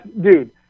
Dude